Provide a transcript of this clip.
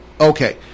Okay